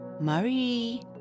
Marie